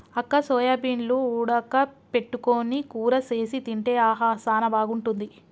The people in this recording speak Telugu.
అక్క సోయాబీన్లు ఉడక పెట్టుకొని కూర సేసి తింటే ఆహా సానా బాగుంటుంది